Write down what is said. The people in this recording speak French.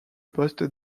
poste